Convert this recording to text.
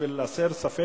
בשביל להסיר ספק,